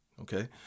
Okay